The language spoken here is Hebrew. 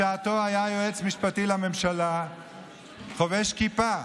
בשעתו היה יועץ משפטי לממשלה חובש כיפה.